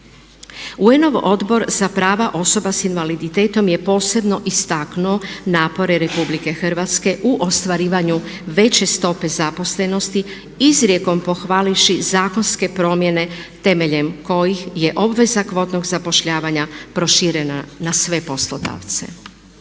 UN-ov Odbor za prava osoba s invaliditetom je posebno istaknuo napore Republike Hrvatske u ostvarivanju veće stope zaposlenosti izrijekom pohvalivši zakonske promjene temeljem kojih je obveza kvotnog zapošljavanja proširena na sve poslodavce.